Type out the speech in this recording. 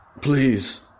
please